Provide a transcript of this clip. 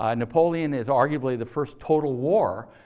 ah napoleon is arguably the first total war,